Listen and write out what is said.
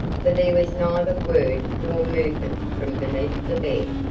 for there was neither word nor movement from beneath the bed.